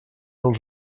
els